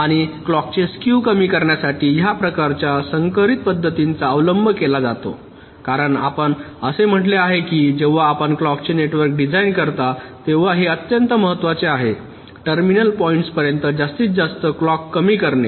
आणि क्लॉक चे स्क्यू कमी करण्यासाठी ह्या प्रकारच्या संकरित पद्धतींचा अवलंब केला जातो कारण आपण असे म्हटले आहे की जेव्हा आपण क्लॉक चे नेटवर्क डिझाइन करता तेव्हा हे अत्यंत महत्वाचे आहे टर्मिनल पॉईंट्सपर्यंत जास्तीत जास्त क्लॉक कमी करणे